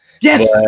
Yes